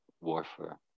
warfare